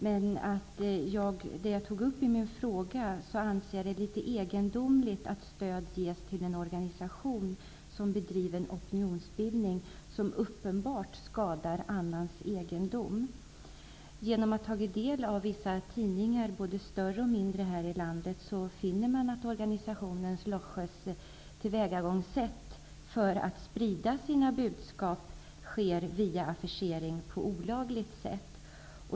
Jag anser däremot, vilket jag tog upp i min fråga, att det är litet egendomligt att stöd ges till en organisation som bedriver en opinionsbildning som uppenbart skadar annans egendom. Tar man del av vissa tidningar, både större och mindre här i landet, finner man att organisationen Loesjes tillvägagångssätt för att sprida sina budskap är via affischering på olagligt sätt.